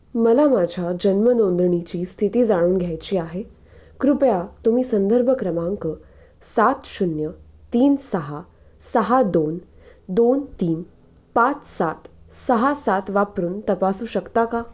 मला माझ्या जन्म नोंदणीची स्थिती जाणून घ्यायची आहे कृपया तुम्ही संदर्भ क्रमांक सात शून्य तीन सहा सहा दोन दोन तीन पाच सात सहा सात वापरून तपासू शकता का